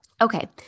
Okay